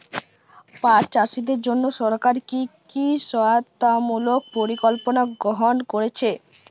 পাট চাষীদের জন্য সরকার কি কি সহায়তামূলক পরিকল্পনা গ্রহণ করেছে?